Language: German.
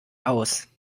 aus